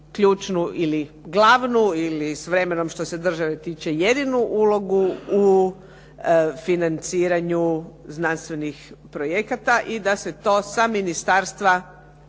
ključnu ili glavnu, ili s vremenom što se države tiče, jedinu ulogu u financiranju znanstvenih projekata i da se to sa ministarstva